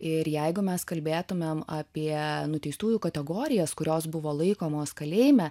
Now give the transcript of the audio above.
ir jeigu mes kalbėtumėm apie nuteistųjų kategorijas kurios buvo laikomos kalėjime